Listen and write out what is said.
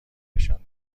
نشان